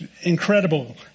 incredible